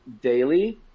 daily